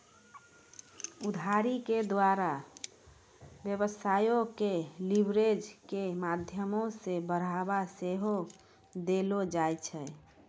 उधारी के द्वारा व्यवसायो के लीवरेज के माध्यमो से बढ़ाबा सेहो देलो जाय छै